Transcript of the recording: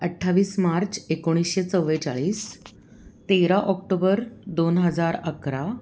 अठ्ठावीस मार्च एकोणीसशे चव्वेचाळीस तेरा ऑक्टोबर दोन हजार अकरा